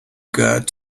got